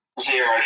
Zero